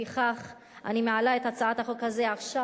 לפיכך אני מעלה את הצעת החוק הזאת עכשיו.